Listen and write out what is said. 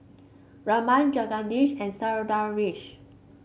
Raman Jagadish and Sundaresh